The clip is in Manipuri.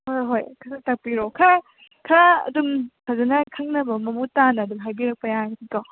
ꯍꯣꯏ ꯍꯣꯏ ꯈꯔ ꯇꯥꯛꯄꯤꯔꯛꯑꯣ ꯈꯔ ꯈꯔ ꯑꯗꯨꯃ ꯐꯖꯅ ꯈꯪꯅꯕ ꯃꯃꯨꯠ ꯇꯥꯅ ꯑꯗꯨꯝ ꯍꯥꯏꯕꯤꯔꯛꯄ ꯌꯥꯅꯤꯀꯣ